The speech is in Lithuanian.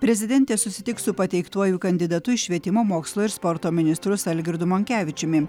prezidentė susitiks su pateiktuoju kandidatu į švietimo mokslo ir sporto ministrus algirdu monkevičiumi